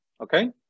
Okay